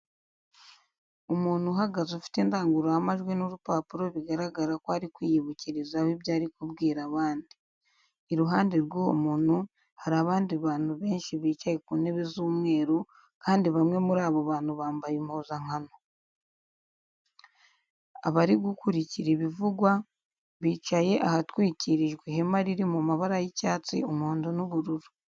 Umuntu uhagaze ufite indangururamajwi n'urupapuro bigaragara ko ari kwiyibukirizaho ibyo ari kubwira abandi. Iruhande rw'uwo muntu, hari abandi bantu benshi bicaye ku ntebe z'umweru kandi bamwe muri abo bantu bambaye impuzankano. Abari gukurikira ibivugwa, bicaye ahatwikirijwe ihema riri mu mabara y'icyatsi, umuhondo n'ubururu.